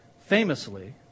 Famously